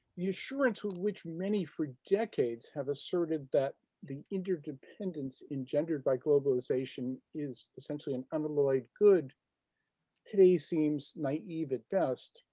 the assurance of which many, for decades, have asserted that the interdependence engendered by globalization is essentially an unalloyed good today seems naive at best.